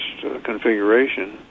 configuration